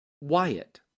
Wyatt